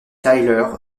tyler